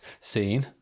scene